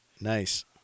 Nice